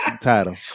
title